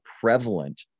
prevalent